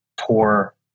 poor